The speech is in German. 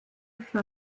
für